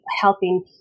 helping